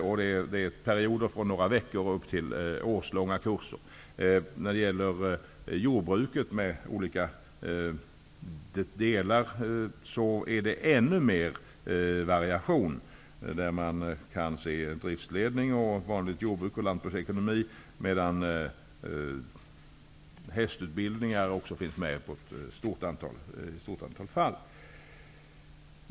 Det är kurser på ett par veckor upp till årslånga kurser. När det gäller jordbruket, med dess olika delar, är det ännu mer variation. Det finns utbildning i driftledning, vanligt jordbruk och lantbruksekonomi, och hästutbildning finns med i ett stort antal fall.